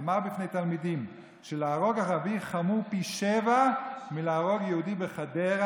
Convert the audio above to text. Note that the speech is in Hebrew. אמר בפני תלמידים שלהרוג ערבי חמור פי שבעה מלהרוג יהודי בחדרה,